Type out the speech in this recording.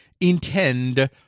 intend